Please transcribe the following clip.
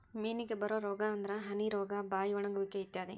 ಮೇನಿಗೆ ಬರು ರೋಗಾ ಅಂದ್ರ ಹನಿ ರೋಗಾ, ಬಾಯಿ ಒಣಗುವಿಕೆ ಇತ್ಯಾದಿ